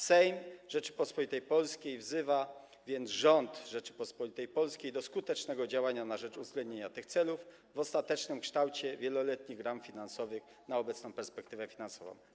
Sejm Rzeczypospolitej Polskiej wzywa więc rząd Rzeczypospolitej Polskiej do skutecznego działania na rzecz uwzględnienia tych celów w ostatecznym kształcie wieloletnich ram finansowych, jeśli chodzi o obecną perspektywę finansową.